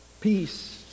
peace